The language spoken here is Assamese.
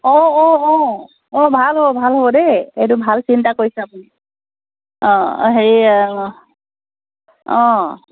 অ' অ' অ' অ' ভাল হ'ব ভাল হ'ব দেই এইটো ভাল চিন্তা কৰিছে আপুনি অঁ অঁ হেৰি অঁ অঁ